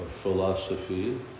philosophy